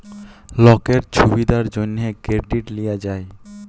লকের ছুবিধার জ্যনহে কেরডিট লিয়া যায়